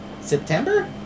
September